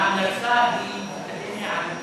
אתה לא סומך,